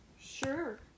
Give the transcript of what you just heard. Sure